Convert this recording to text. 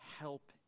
help